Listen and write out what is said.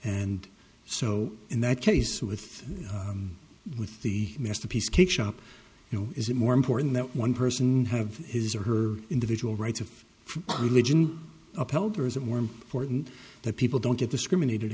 and so in that case with with the masterpiece kick shop you know is it more important that one person have his or her individual rights of religion upheld or is it more important that people don't get discriminated